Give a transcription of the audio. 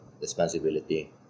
responsibility